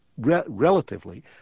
relatively